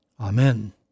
Amen